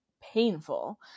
painful